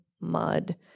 mud